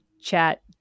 chat